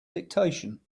dictation